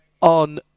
on